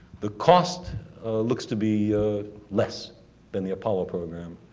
the cost looks to be less than the apollo program,